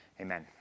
amen